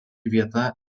vieta